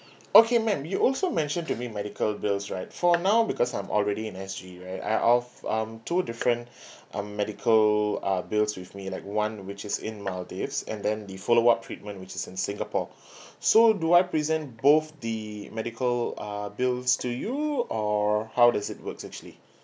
okay ma'am you also mentioned to me medical bills right for now because I'm already in S_G right I've um two different um medical uh bills with me like one which is in maldives and then the follow up treatment which is in singapore so do I present both the medical uh bills to you or how does it work actually